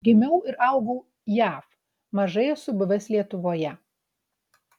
gimiau ir augau jav mažai esu buvęs lietuvoje